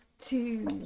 two